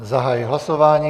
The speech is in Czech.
Zahajuji hlasování.